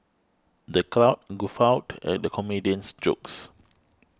the crowd guffawed at the comedian's jokes